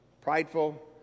prideful